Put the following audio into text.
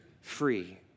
free